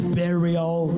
burial